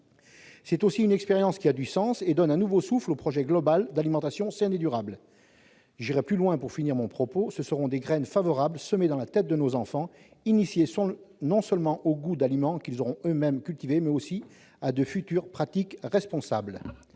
C'est aussi une expérience qui a du sens et qui donne un nouveau souffle au projet global d'alimentation saine et durable. J'irai plus loin pour clore mon propos : ce seront des graines favorables semées dans la tête de nos enfants, initiés non seulement au goût d'aliments qu'ils auront eux-mêmes cultivés, mais aussi à de futures pratiques responsables.